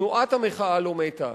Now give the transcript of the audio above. תנועת המחאה לא מתה.